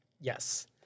Yes